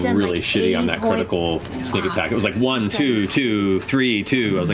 and really shitty on that critical sneak attack. it was like one, two, two, three, two, i was